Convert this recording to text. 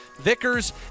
vickers